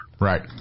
Right